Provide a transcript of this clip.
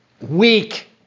Weak